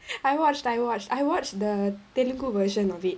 I watched I watched I watched the teleco version of it